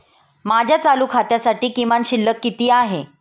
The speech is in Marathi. माझ्या चालू खात्यासाठी किमान शिल्लक किती आहे?